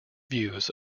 views